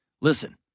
Listen